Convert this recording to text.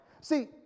See